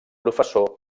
professor